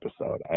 episode